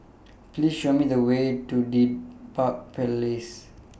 Please Show Me The Way to Dedap Place